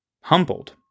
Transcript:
humbled